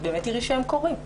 תראי שהם קורים.